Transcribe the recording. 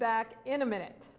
back in a minute